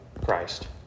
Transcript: Christ